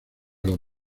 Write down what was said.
los